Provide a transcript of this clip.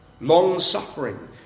long-suffering